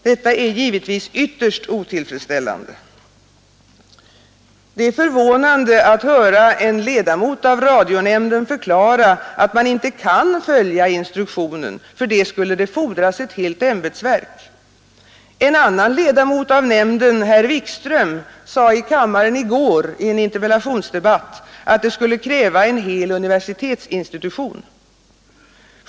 Detta är givetvis ytterst otillfredsställande. Det är förvånande att höra en ledamot av radionämnden förklara att man inte kan följa instruktionen; för det skulle fordras ett helt ämbetsverk. En annan ledamot av nämnden, herr Wikström, sade under en interpellationsdebatt i kammaren i går att det skulle kräva en universitetsinstitution.